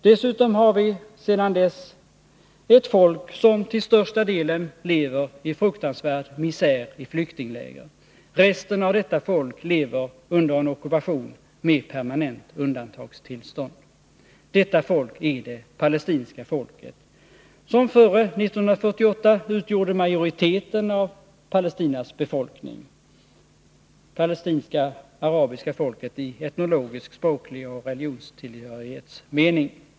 Dessutom har vi sedan dess ett folk som till största delen lever i fruktansvärd misär i flyktingläger; resten av detta folk lever under en ockupation med permanent undantagstillstånd. Detta folk är det palestinska folket, som före 1948 utgjorde majoriteten av Palestinas befolkning — det palestinska arabiska folket i etnologisk, språklig och religiös mening.